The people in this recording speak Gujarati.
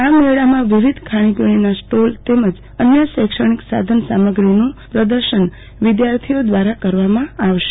આ મેળામાં વિવિધ ખાણીપીણીના સ્ટોલ તેમજ અન્ય શૈક્ષણિક સાધન સામગ્રીનું પ્રદર્શન વિધાર્થીઓ દ્રારા કરવામાં આવશે